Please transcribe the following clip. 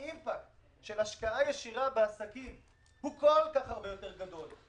האימפקט של השקעה ישירה בעסקים הוא כל כך הרבה יותר גדול.